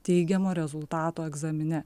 teigiamo rezultato egzamine